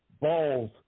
balls